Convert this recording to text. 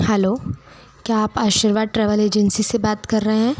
hello क्या आप Ashirwad travel agency से बात कर रहे है